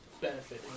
benefiting